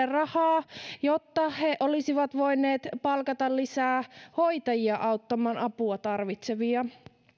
rahaa jotta he olisivat voineet palkata lisää hoitajia auttamaan apua tarvitsevia